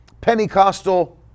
Pentecostal